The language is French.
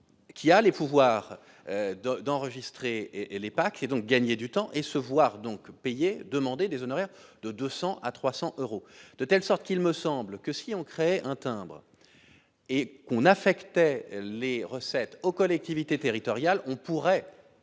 qu'il a les pouvoirs de d'enregistrer et les paquets donc gagner du temps et se voir donc payer demander des honoraires de 200 à 300 euros de telle sorte qu'il me semble que si on crée un timbre et qu'on affectait les recettes aux collectivités territoriales, on pourrait